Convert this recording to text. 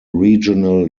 regional